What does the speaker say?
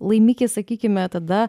laimikis sakykime tada